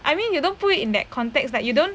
I mean you don't put it in that context that you don't